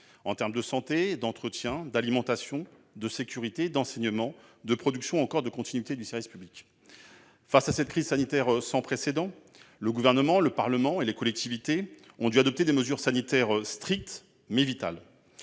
en termes de santé, d'entretien, d'alimentation, de sécurité, d'enseignement, de production ou encore de continuité du service public. Face à cette crise sanitaire sans précédent, le Gouvernement, le Parlement et les collectivités ont dû adopter des mesures sanitaires strictes, mais vitales.